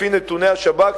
לפי נתוני השב"כ,